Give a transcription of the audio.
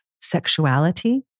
sexuality